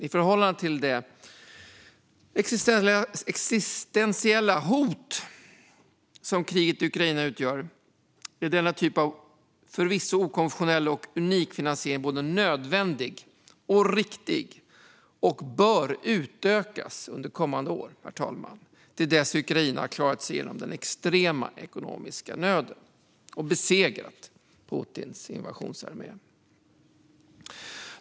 I förhållande till det existentiella hot som kriget i Ukraina utgör är denna typ av förvisso okonventionella och unika finansiering både nödvändig och riktig och bör utökas under kommande år, herr talman, till dess Ukraina har klarat sig igenom den extrema ekonomiska nöden och besegrat Putins brutala invasionsarmé.